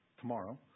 tomorrow